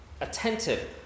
attentive